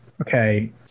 Okay